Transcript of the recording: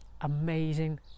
amazing